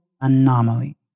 anomaly